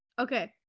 Okay